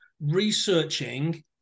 researching